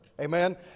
Amen